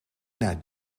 naar